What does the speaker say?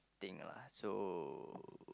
thing lah so